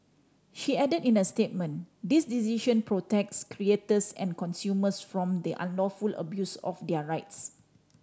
she added in a statement this decision protects creators and consumers from the unlawful abuse of their rights